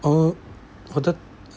oh wanted